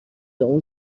اون